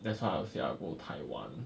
that's why I will say I will go taiwan